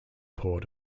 port